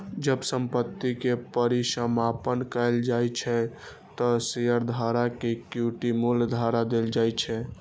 जब संपत्ति के परिसमापन कैल जाइ छै, ते शेयरधारक कें इक्विटी मूल्य घुरा देल जाइ छै